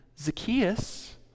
Zacchaeus